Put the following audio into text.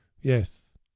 Yes